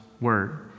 word